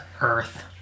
earth